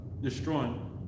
Destroying